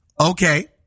okay